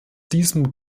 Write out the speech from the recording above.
diesem